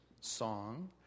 song